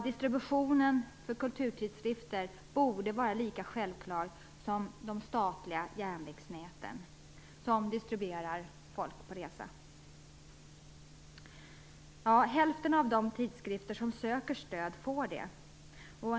Distribution för kulturtidskrifter borde vara lika självklar som de statliga järnvägsnät som distribuerar folk på resa. Hälften av de tidsskrifter som söker stöd, får det.